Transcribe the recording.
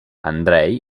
andrej